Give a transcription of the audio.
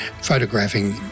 photographing